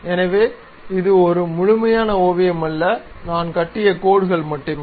எனவே இது ஒரு முழுமையான ஓவியமல்ல நான் கட்டிய கோடுகள் மட்டுமே